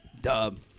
dub